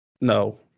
No